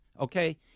Okay